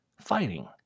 fighting